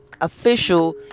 Official